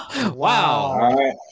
Wow